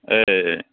ꯑꯦ ꯑꯦ